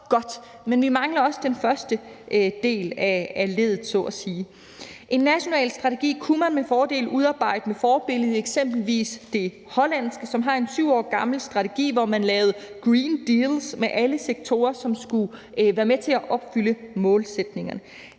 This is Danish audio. Men vi mangler også den første del af leddet, så at sige. En national strategi kunne man med fordel udarbejde med forbillede i eksempelvis det hollandske, som har en 7 år gammel strategi, hvor man lavede green deals med alle sektorer, som skulle være med til at opfylde målsætningerne.